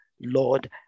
Lord